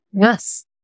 Yes